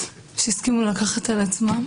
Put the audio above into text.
שהסכימו לקחת על עצמם